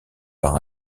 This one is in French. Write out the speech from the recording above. par